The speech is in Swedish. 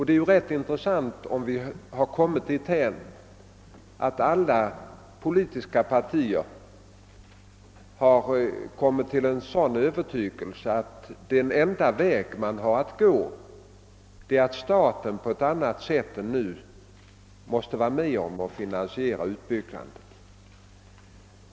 Det är ju rätt intressant, om vi har kommit dithän att alla politiska partier har kommit fram till den övertygelsen att den enda väg man har att gå är att staten på ett annat sätt än nu måste vara med och finansiera utbyggnaden.